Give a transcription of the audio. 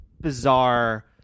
bizarre